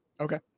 Okay